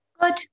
Good